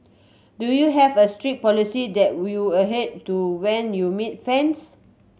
do you have a strict policy that will you adhere to when you meet fans